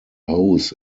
hose